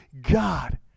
God